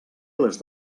les